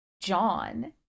John